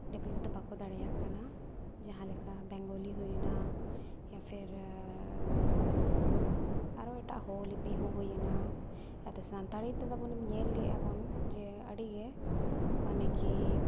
develop ᱫᱚ ᱵᱟᱠᱚ ᱫᱟᱲᱮᱭᱟᱜ ᱠᱟᱱᱟ ᱡᱟᱦᱟᱸᱞᱮᱠᱟ ᱵᱮᱝᱜᱚᱞᱤ ᱦᱩᱭᱱᱟ ᱯᱷᱮᱨ ᱟᱨᱚ ᱮᱴᱟᱜ ᱦᱳ ᱞᱤᱯᱤ ᱦᱚᱸ ᱦᱩᱭᱱᱟ ᱟᱫᱚ ᱥᱟᱱᱛᱟᱲᱤ ᱛᱮᱫᱚ ᱵᱚᱞᱮ ᱧᱮᱞ ᱞᱮᱫᱟᱵᱚᱱ ᱡᱮ ᱟᱹᱰᱤᱜᱮ ᱢᱟᱱᱮ ᱠᱤ